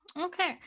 Okay